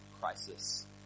crisis